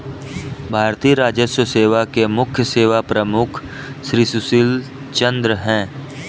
भारतीय राजस्व सेवा के मुख्य सेवा प्रमुख श्री सुशील चंद्र हैं